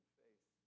faith